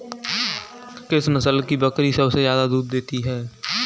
किस नस्ल की बकरी सबसे ज्यादा दूध देती है?